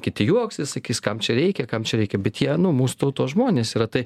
kiti juoksis sakys kam čia reikia kam čia reikia bet jie nu mūs tautos žmonės yra tai